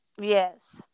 Yes